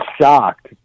shocked